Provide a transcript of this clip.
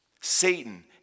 Satan